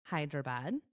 Hyderabad